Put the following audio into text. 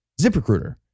ZipRecruiter